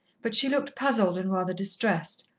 but she looked puzzled and rather distressed,